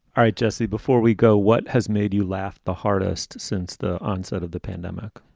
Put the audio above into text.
all right, jesse, before we go, what has made you laugh the hardest since the onset of the pandemic?